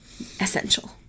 essential